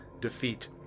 defeat